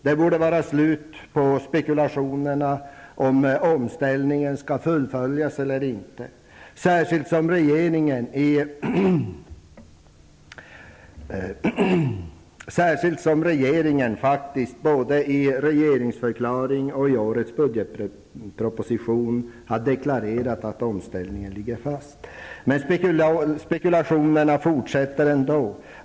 Det borde vara slut på spekulationerna om omställningen skall fullföljas eller inte, särskilt som regeringen faktiskt både i regeringsförklaringen och i årets budgetproposition deklarerat att omställningen ligger fast. Men spekulationerna fortsätter.